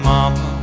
Mama